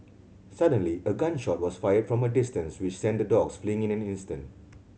suddenly a gun shot was fired from a distance which sent the dogs fleeing in an instant